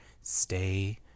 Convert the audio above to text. Stay